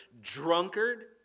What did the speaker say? drunkard